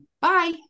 Bye